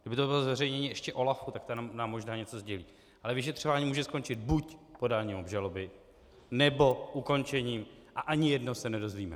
Kdyby to bylo zveřejnění ještě OLAFu, tak ten nám možná něco sdělí, ale vyšetřování může skončit buď podáním obžaloby, nebo ukončením a ani jedno se nedozvíme.